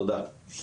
תודה.